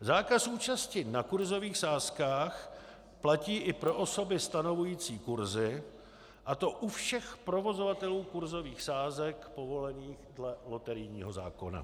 Zákaz účasti na kursových sázkách platí i pro osoby stanovující kursy, a to u všech provozovatelů kursových sázek, povolených dle loterijního zákona.